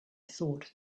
thought